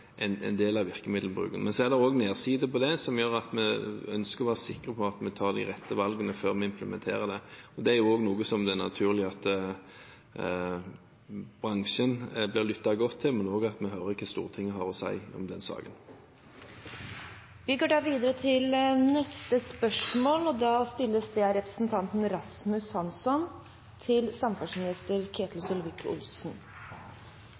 en del av virkemiddelbruken. Men det er også en bakside som gjør at vi ønsker å være sikre på at vi tar de riktige valgene før vi implementerer det. Det er også noe som det er naturlig at bransjen bør lytte godt til – og at vi hører hva Stortinget har å si om den saken. Dette spørsmålet bortfaller, da spørreren ikke er til